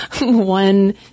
one